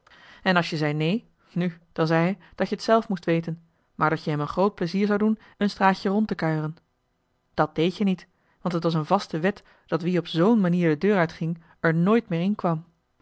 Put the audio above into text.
en als je zei neen nu dan zei hij dat je t zelf moest weten maar dat je hem een groot plezier zou doen een straatje rond te kuieren dat deed je niet want t was een vaste wet dat wie op zoo'n manier de deur uitging er nooit meer inkwam